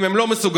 אם הם לא מסוגלים,